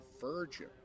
virgin